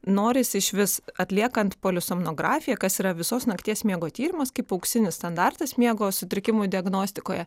norisi išvis atliekant polisomnografiją kas yra visos nakties miego tyrimas kaip auksinis standartas miego sutrikimų diagnostikoje